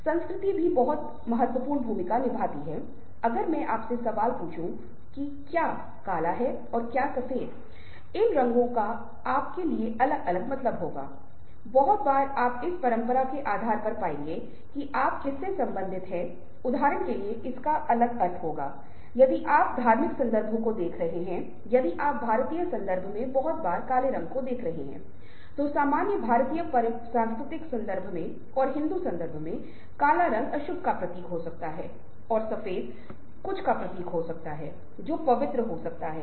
क्योंकि यह मूल रूप से अंतर वैयक्तिक संचार के माध्यम से ये चीजें ज्यादातर होती हैं ऐसा नहीं है कि यह लेखन के माध्यम से नहीं हो सकता है लेकिन आम तौर पर वे मुख्य रूप से बोलने और सुनने के माध्यम से होते हैं जो आपकी आवाज़ और स्वर के माध्यम से होते हैं और इसलिए सॉफ्ट स्किल्स के संदर्भमे मुख्य रूप से इन क्षेत्रों पर ध्यान केंद्रित करते हैं